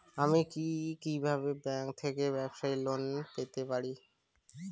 আমি কি কিভাবে ব্যাংক থেকে ব্যবসায়ী লোন পেতে পারি?